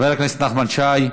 חבר הכנסת נחמן שי,